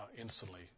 instantly